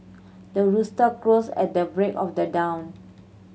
the rooster crows at the break of the dawn